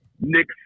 Nick